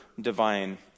divine